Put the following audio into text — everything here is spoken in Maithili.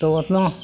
तऽ ओतना